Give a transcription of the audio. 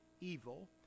evil